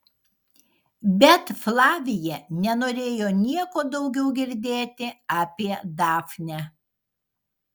bet flavija nenorėjo nieko daugiau girdėti apie dafnę